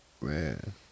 Man